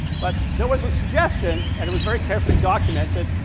but there was a suggestion and it was very carefully documented,